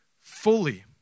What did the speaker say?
fully